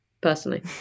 personally